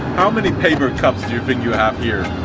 how many paper cups do you think you have here?